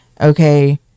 okay